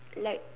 like